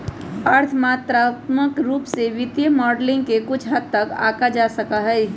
अर्थ मात्रात्मक रूप से वित्तीय मॉडलिंग के कुछ हद तक आंका जा सका हई